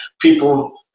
people